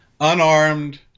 unarmed